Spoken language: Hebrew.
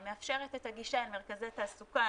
היא מאפשרת את הגישה אל מרכזי תעסוקה,